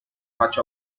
much